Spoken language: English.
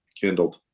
kindled